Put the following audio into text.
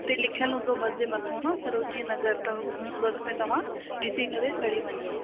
हुते लिखियलु हूंदो बस जे मथां न सरोजनी नगर त हुन बस में तव्हां ॾिसी करे चढ़ी वञिजो